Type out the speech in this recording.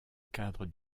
cadre